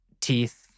teeth